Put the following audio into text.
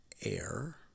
air